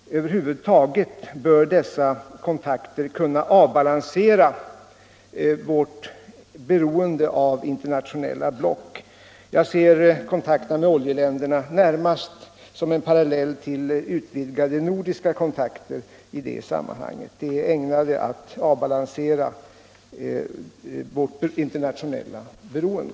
Över huvud taget bör sådana kontakter kunna avbalansera vårt beroende av internationella block. Jag ser kontakterna med oljeländerna som en parallell till vidgade nordiska kontakter; de är ägnade att av balansera vårt internationella beroende.